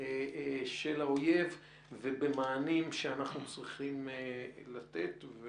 של האויב, ובמענים שאנחנו צריכים לתת.